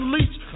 Leach